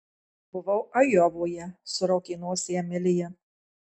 buvau ajovoje suraukė nosį emilija